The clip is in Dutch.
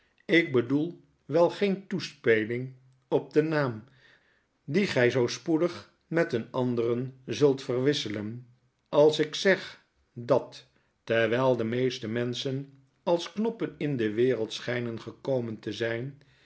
ik bedoel wel geen toespeling op den naam dien gij zoo spoedig met een anderen zult verwisselen als ik zeg dat terwyl de meeste menschen als knoppen in de wereld schynen gekomen te zp